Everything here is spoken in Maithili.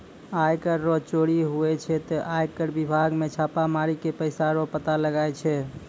आय कर रो चोरी हुवै छै ते आय कर बिभाग मे छापा मारी के पैसा रो पता लगाय छै